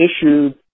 issued